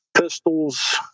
pistols